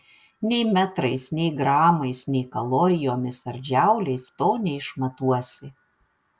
nei metrais nei gramais nei kalorijomis ar džauliais to neišmatuosi